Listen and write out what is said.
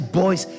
boys